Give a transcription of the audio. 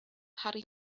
harry